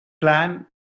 Plan